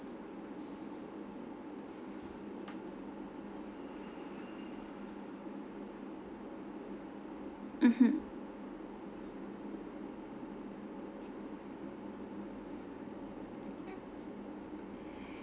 mmhmm